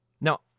Now